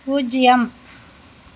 பூஜ்யம்